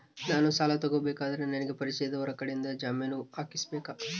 ನಾನು ಸಾಲ ತಗೋಬೇಕಾದರೆ ನನಗ ಪರಿಚಯದವರ ಕಡೆಯಿಂದ ಜಾಮೇನು ಹಾಕಿಸಬೇಕಾ?